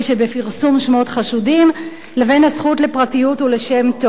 שבפרסום שמות חשודים לבין הזכות לפרטיות ולשם טוב,